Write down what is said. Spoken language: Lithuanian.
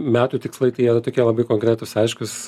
metų tikslai tai jie tokie labai konkretūs aiškūs